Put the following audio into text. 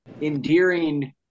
endearing